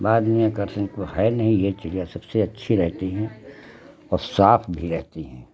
बाद में आकर्षण तो है नहीं यह चिड़िया सबसे अच्छी रहती हैं और साफ़ भी रहती हैं